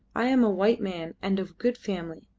i am a white man, and of good family.